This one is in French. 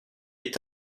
est